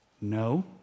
No